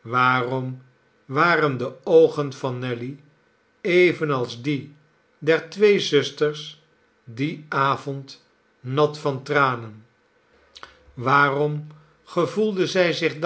waarom waren de oogen van nelly evenals die der twee zusters dien avond nat van tranen waarom gevoelde zij zich